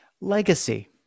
Legacy